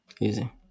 Easy